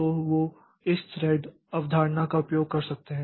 तो वो इस थ्रेड अवधारणा का उपयोग कर सकते हैं